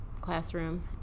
classroom